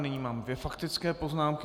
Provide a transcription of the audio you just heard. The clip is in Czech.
Nyní mám dvě faktické poznámky.